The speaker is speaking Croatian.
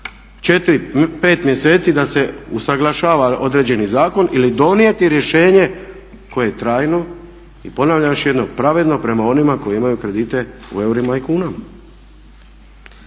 Ostavit još 5 mjeseci da se usaglašava određeni zakon ili donijeti rješenje koje je trajno. I ponavljam još jednom pravedno prema onima koji imaju kredite u eurima i kunama.